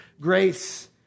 grace